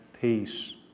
peace